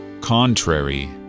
contrary